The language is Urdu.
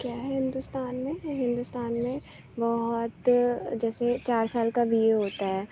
کیا ہے ہندوستان میں ہندوستان میں بہت جیسے چار سال کا بی اے ہوتا ہے